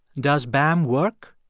does bam work?